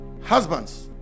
husbands